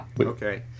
Okay